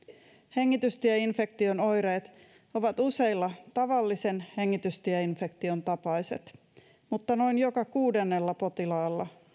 hengitystieinfektion oireet ovat useilla tavallisen hengitystieinfektion tapaiset mutta noin joka kuudennella potilaalla